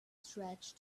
stretch